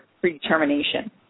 predetermination